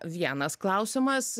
vienas klausimas